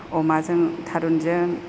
अमाजों थारुनजों